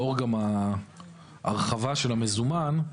לאור הרחבת המזומן,